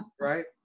Right